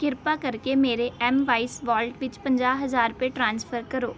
ਕਿਰਪਾ ਕਰਕੇ ਮੇਰੇ ਐਮਵਾਈਸ ਵਾਲਟ ਵਿੱਚ ਪੰਜਾਹ ਹਜ਼ਾਰ ਰੁਪਏ ਟਰਾਂਸਫਰ ਕਰੋ